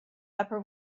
upper